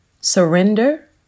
surrender